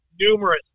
numerous